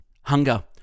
Hunger